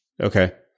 Okay